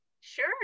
sure